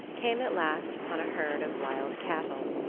came at last upon a herd of wild cattle.